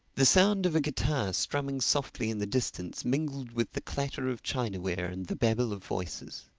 the sound of a guitar strumming softly in the distance mingled with the clatter of chinaware and the babble of voices.